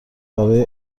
برای